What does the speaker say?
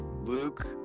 Luke